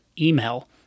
email